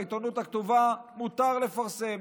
בעיתונות הכתובה מותר לפרסם.